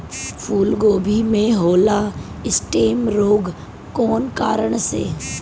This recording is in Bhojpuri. फूलगोभी में होला स्टेम रोग कौना कारण से?